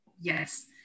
Yes